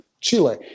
Chile